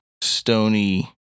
stony